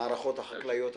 מהמערכות החקלאיות השונות,